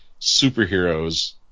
superheroes